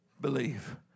believe